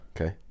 Okay